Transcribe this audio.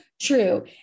true